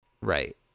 Right